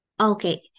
Okay